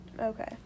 Okay